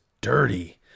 dirty